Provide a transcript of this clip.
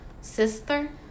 sister